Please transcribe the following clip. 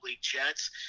Jets